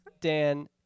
Dan